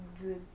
good